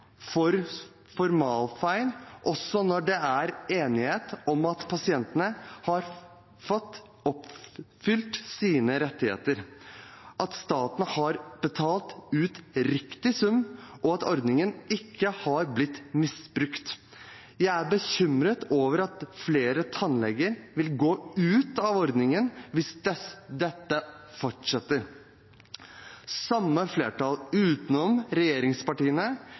for formalfeil, også når det er enighet om at pasientene har fått oppfylt sine rettigheter, at staten har betalt ut riktig sum, og at ordningen ikke har blitt misbrukt. Jeg er bekymret over at flere tannleger vil gå ut av ordningen hvis dette fortsetter. Samme flertall, utenom regjeringspartiene,